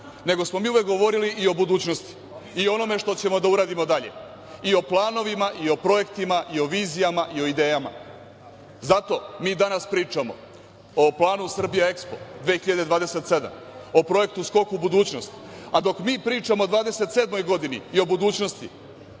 nego smo mi uvek govorili i o budućnosti i o onome što ćemo da uradimo i dalje. I o planovima i o projektima i o vizijama i o idejama. Zato mi danas pričamo o planu „Srbija Ekspo 2027“o projektu „Skok u budućnost“ a dok mi pričamo o 2027. godini i o budućnosti